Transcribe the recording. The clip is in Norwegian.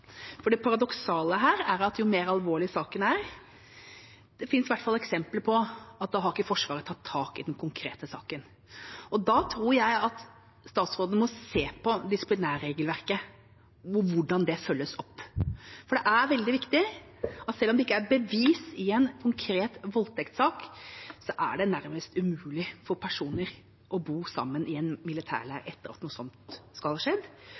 Det paradoksale her er at jo mer alvorlig saken er – det finnes i hvert fall eksempler på at da har ikke Forsvaret tatt tak i den konkrete saken. Da tror jeg at statsråden må se på disiplinærregelverket og hvordan det følges opp, for det er veldig viktig at selv om det ikke foreligger bevis i en konkret voldtektssak, er det nærmest umulig for personer å bo sammen i en militærleir etter at noe sånt skal ha skjedd,